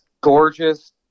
gorgeous